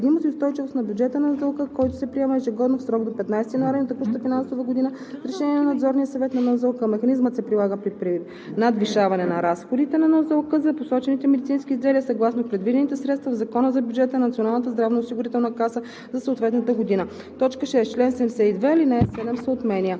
заплащани напълно в условията на болничната медицинска помощ, се прилага механизъм, гарантиращ предвидимост и устойчивост на бюджета на НЗОК, който се приема ежегодно, в срок до 15 януари на текущата финансова година, с решение на Надзорния съвет на НЗОК. Механизмът се прилага при надвишаване на разходите на НЗОК за посочените медицински изделия съгласно предвидените средства в Закона за бюджета на Националната здравноосигурителна каса